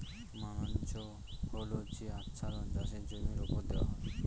mulch হল যে আচ্ছাদন চাষের জমির ওপর দেওয়া হয়